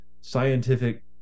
scientific